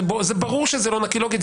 ברור שזה לא נקי לוגית,